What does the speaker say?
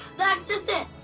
that's just it,